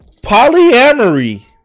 polyamory